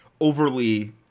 overly